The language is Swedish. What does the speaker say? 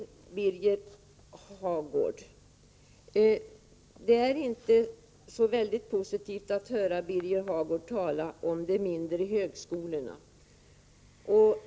Det låter inte så positivt när Birger Hagård talar om de mindre högskolorna.